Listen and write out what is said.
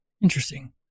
Interesting